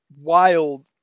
wild